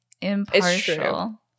impartial